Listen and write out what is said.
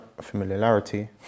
familiarity